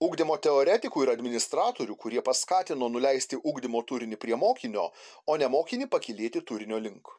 ugdymo teoretikų ir administratorių kurie paskatino nuleisti ugdymo turinį prie mokinio o ne mokinį pakylėti turinio link